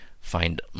find